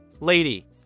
Lady